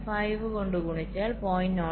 5 കൊണ്ട് ഗുണിച്ചാൽ 0